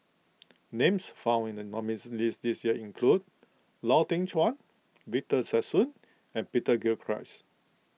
names found in the nominees' list this year include Lau Teng Chuan Victor Sassoon and Peter Gilchrist